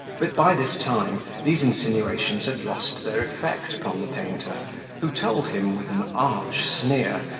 but by this time these insinuations had lost their effect upon the painter who told him, with an arch sneer,